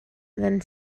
then